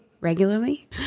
Regularly